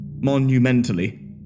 Monumentally